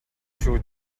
шүү